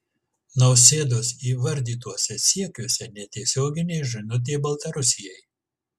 nausėdos įvardytuose siekiuose netiesioginė žinutė baltarusijai